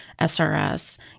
SRS